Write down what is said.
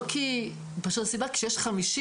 הסיבה היא,